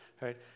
right